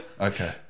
Okay